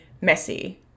messy